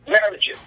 marriages